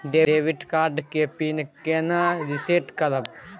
Debit card के PIN केना reset करब?